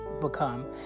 become